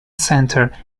center